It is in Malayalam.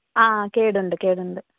ആ കേടുണ്ട് കേടുണ്ട്